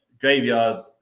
graveyard